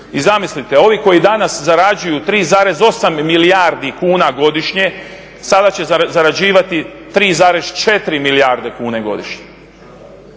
I zamislite ovi koji danas zarađuju 3,8 milijardi kuna godišnje sada će zarađivati 3,4 milijarde kuna godišnje.